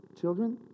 children